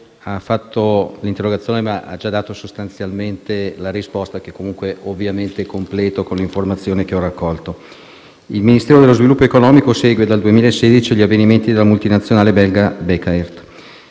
l'onorevole interrogante ha già dato sostanzialmente la risposta, che comunque ovviamente completo con le informazioni che ho raccolto. Il Ministero dello sviluppo economico segue, dal 2016, gli avvenimenti della multinazionale belga Bekaert.